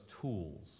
tools